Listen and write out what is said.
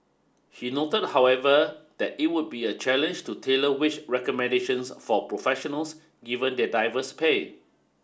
he noted however that it would be a challenge to tailor wage recommendations for professionals given their diverse pay